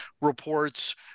reports